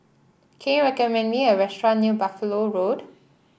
can you recommend me a restaurant near Buffalo Road